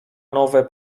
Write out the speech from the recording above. nowe